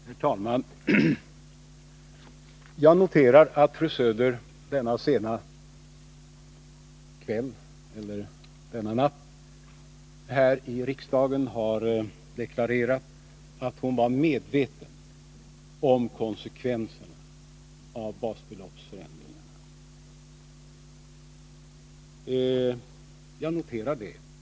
Herr talman! Jag noterar att fru Söder denna natt här i riksdagen har deklarerat att hon var medveten om konsekvenserna av basbeloppsförändringen.